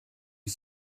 est